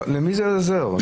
למי זה עוזר?